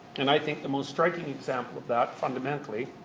and i think the most striking example of that, fundamentally,